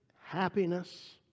happiness